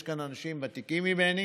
יש כאן אנשים ותיקים ממני